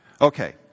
Okay